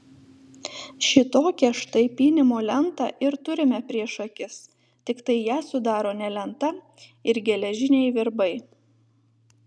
šitokią štai pynimo lentą ir turime prieš akis tiktai ją sudaro ne lenta ir geležiniai virbai